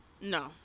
No